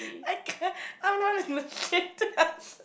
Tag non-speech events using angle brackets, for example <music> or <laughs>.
I can't <laughs> I'm not in the